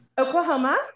Oklahoma